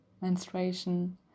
menstruation